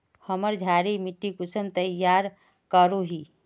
हमार क्षारी मिट्टी कुंसम तैयार करोही?